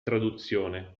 traduzione